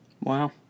Wow